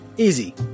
Easy